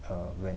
uh when